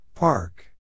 Park